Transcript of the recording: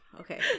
okay